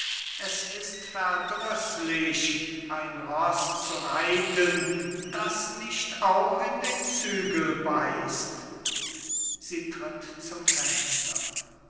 es ist verdrießlich ein roß zu reiten das nicht auch in den zügel beißt